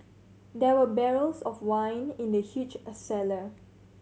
there were barrels of wine in the huge a cellar